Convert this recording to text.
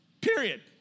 period